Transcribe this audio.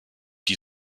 die